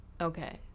Okay